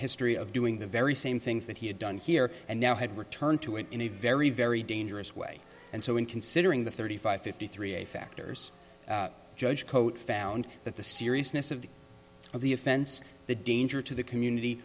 history of doing the very same things that he had done here and now had returned to him in a very very dangerous way and so when considering the thirty five fifty three a factors judge cote found that the seriousness of the offense the danger to the community